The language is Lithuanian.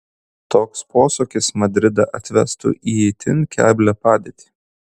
toks posūkis madridą atvestų į itin keblią padėtį